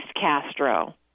Castro